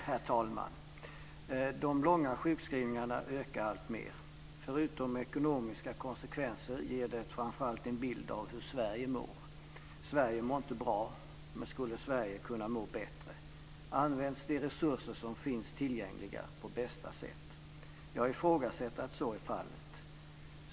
Herr talman! De långa sjukskrivningarna ökar alltmer. Förutom ekonomiska konsekvenser ger det framför allt en bild av hur Sverige mår. Sverige mår inte bra. Men skulle Sverige kunna må bättre? Används de resurser som finns tillgängliga på bästa sätt? Jag ifrågasätter att så är fallet.